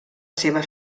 seva